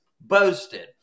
boasted